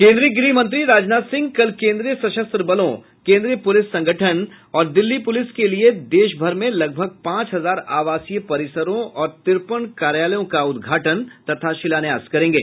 केन्द्रीय गृह मंत्री राजनाथ सिंह कल केन्द्रीय सशस्त्र बलों केन्द्रीय पुलिस संगठन और दिल्ली पुलिस के लिये देश भर में लगभग पांच हजार आवासीय परिसरों और तिरपन कार्यालयों का उद्घाटन तथा शिलान्यास करेंगे